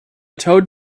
toad